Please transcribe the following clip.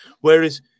Whereas